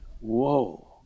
Whoa